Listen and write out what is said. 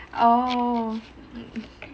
oh